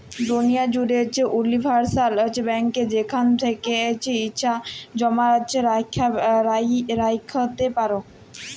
দুলিয়া জ্যুড়ে উলিভারসাল ব্যাংকে যেখাল থ্যাকে ইছা জমা রাইখতে পারো